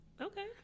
Okay